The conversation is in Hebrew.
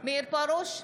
מאיר פרוש,